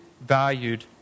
valued